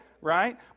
right